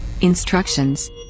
Instructions